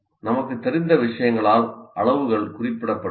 நமக்குத் தெரிந்த விஷயங்களால் அளவுகள் குறிப்பிடப்படுகின்றன